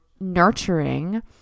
nurturing